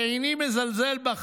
שאיני מזלזל בה,